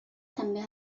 també